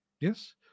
Yes